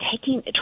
Taking